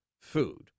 food